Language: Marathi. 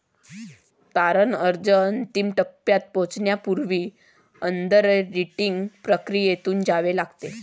तारण अर्ज अंतिम टप्प्यात पोहोचण्यापूर्वी अंडररायटिंग प्रक्रियेतून जावे लागते